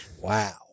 Wow